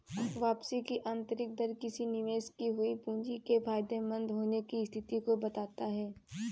वापसी की आंतरिक दर किसी निवेश की हुई पूंजी के फायदेमंद होने की स्थिति को बताता है